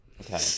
Okay